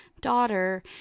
daughter